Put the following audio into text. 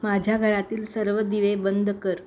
माझ्या घरातील सर्व दिवे बंद कर